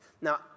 Now